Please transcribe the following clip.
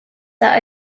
that